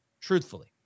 Truthfully